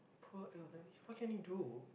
poor elderly what can you do